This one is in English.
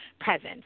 presence